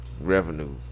revenue